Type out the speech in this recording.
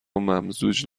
ممزوج